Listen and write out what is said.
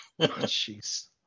Jeez